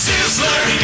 Sizzler